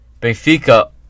Benfica